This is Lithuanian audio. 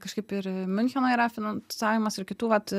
kažkaip ir miuncheno yra finansavimas ir kitų vat